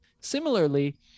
similarly